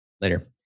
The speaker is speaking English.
Later